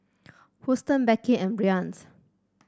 Huston Becky and Bryant